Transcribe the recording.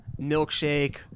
milkshake